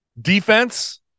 defense